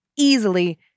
Easily